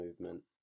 Movement